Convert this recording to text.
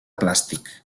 plàstic